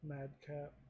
Madcap